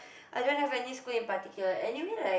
I don't have any school in particular anyway like